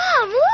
Mom